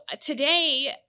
today